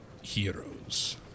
heroes